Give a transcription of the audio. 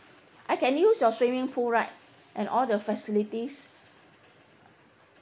I can use your swimming pool right and all the facilities